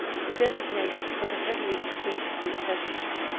to designate for the heaviest political assessment.